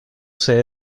sede